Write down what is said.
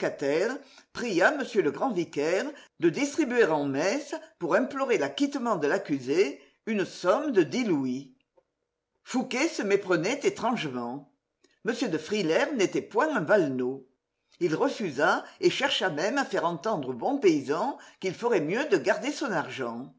pria m le grand vicaire de distribuer en messes pour implorer l'acquittement de l'accusé une somme de dix louis fouqué se méprenait étrangement m de frilair n'était point un valenod il refusa et chercha même à faire entendre au bon paysan qu'il ferait mieux de garder son argent